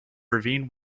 irvine